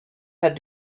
had